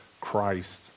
Christ